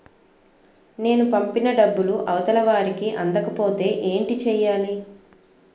నేను పంపిన డబ్బులు అవతల వారికి అందకపోతే ఏంటి చెయ్యాలి?